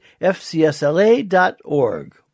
fcsla.org